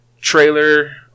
trailer